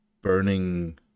burning